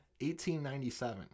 1897